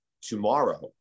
tomorrow